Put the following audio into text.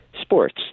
sports